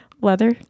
Leather